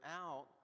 out